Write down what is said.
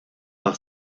par